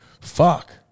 fuck